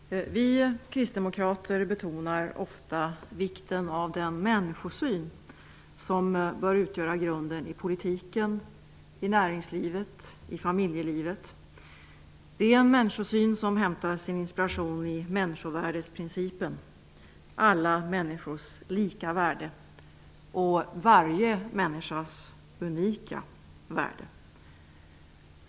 Herr talman! Vi kristdemokrater betonar ofta vikten av den människosyn som bör utgöra grunden i politiken, i näringslivet och i familjelivet. Det är en människosyn som hämtar sin inspiration i människovärdesprincipen -- alla människors lika värde och varje människas unika värde.